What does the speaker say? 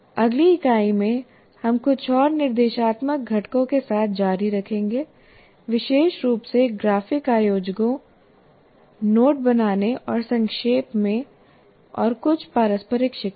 अगली इकाई में हम कुछ और निर्देशात्मक घटकों के साथ जारी रखेंगे विशेष रूप से ग्राफिक आयोजकों नोट बनाने और संक्षेप में और कुछ पारस्परिक शिक्षण